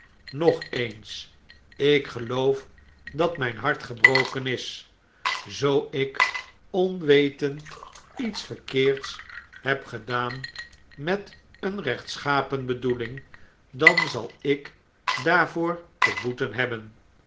nog eens ik geloof dat mjjn hart gebroken is zoo ik onwetend iets verkeerds heb gedafcn met een rechtschapen bedoeling dan zal ik daarvoor te boeten hebben